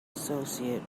associate